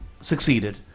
succeeded